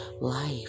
life